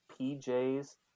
PJ's